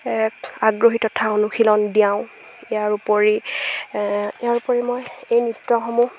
এক আগ্ৰহী তথা অনুশীলন দিয়াওঁ ইয়াৰ উপৰি ইয়াৰপৰি মই এই নৃত্যসমূহ